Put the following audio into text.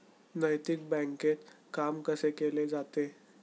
नैतिक बँकेत काम कसे केले जाते?